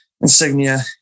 insignia